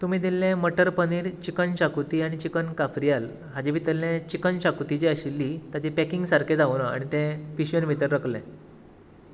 तुमी दिल्लें मटर पनीर चिकन शाकोती आनी चिकन काफ्रियल हाचें भितरलें चिकन शाकोती जी आशिल्ली ताचें पॅकिंग सारकें जावंक ना आनी तें पिशवेंत भितर रकलें